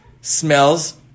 smells